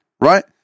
right